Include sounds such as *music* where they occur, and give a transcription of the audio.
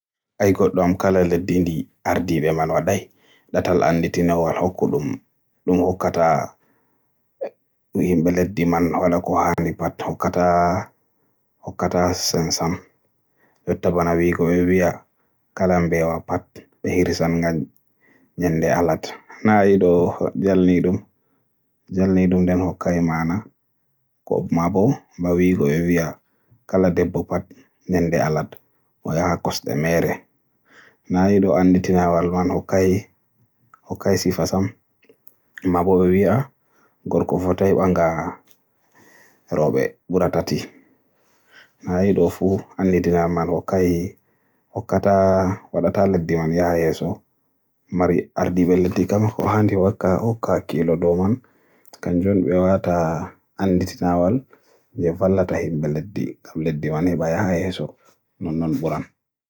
*laughs* duuniya kam naa e heewi *hesitation* kiitaaji walla mi wi'a sariyaaji laatiiɗi ginnaaji non. So naa bana sariyaaji ginnaaji no waɗta neɗɗo wujja ceedo ɗuuɗko, *hesitation* kiitanaa-mo o jooɗoo duubi - ay lebbi ɗiɗi *hesitation* joofaa-mo. Nden ceedo ko o wujji ceede laatiiko ceedo leydi non, ceedo yimbe leydi non, laatoo ceedo kon ko ngartiraaka, ammaa kanko o yoofaama. Nden to leydi ndin kadi neɗɗo ngujjuɗo cofel *hesitation* bortel, *hesitation* gerongel e ko nanndi non, kanko kadi o nanngee o haɓɓee lebbi - duuɓi ɗiɗi, goɗɗo duuɓi sappo, goɗɗo ko nanndi non. Ɗo'o kam to innu aadama'en no woodunoo-ngo; hakkiilo wonɗon haanaayi kanko gujjuɗo ceedo ɗuuɗko ko leydi haɓɓiree no o haɓɓiraa. Nden kanko gujjuɗo ceedoy walla mi wi'a kuungel pamarel kanko maa o haɓɓiraa no o haɓɓiraa. Ammaa non leydi ndin e goɗɗi sariyaaji ɗin non ɗi ngoniri non ɗi njahirta.